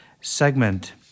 segment